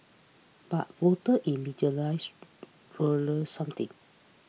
but voter something